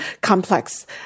complex